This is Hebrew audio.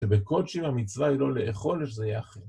שבכל שיר המצווה היא לא לאכול איזה יחד